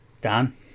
Dan